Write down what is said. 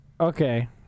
Okay